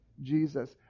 Jesus